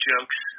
jokes